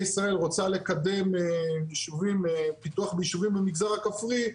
ישראל רוצה לקדם פיתוח ביישובים במגזר הכפרי,